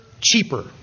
Cheaper